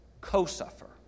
Co-suffer